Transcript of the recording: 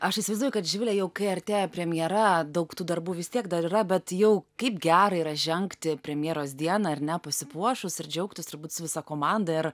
aš įsivaizduoju kad živile jau kai artėja premjera daug tų darbų vis tiek dar yra bet jau kaip gera yra žengti premjeros dieną ar ne pasipuošus ir džiaugtis turbūt su visa komanda ir